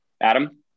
Adam